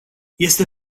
este